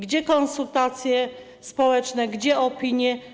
Gdzie konsultacje społeczne, gdzie opinie?